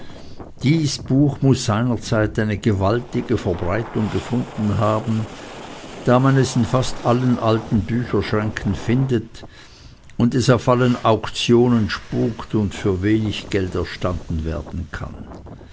dies buch muß seinerzeit eine gewaltige verbreitung gefunden haben da man es fast in allen alten bücherschränken findet und es auf allen auktionen spukt und für wenig geld erstanden werden kann